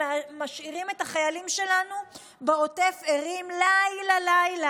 שמשאירות את החיילים שלנו בעוטף ערים לילה-לילה.